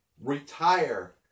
retire